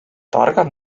targad